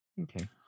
okay